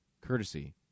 courtesy